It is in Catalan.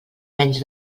menys